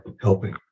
helping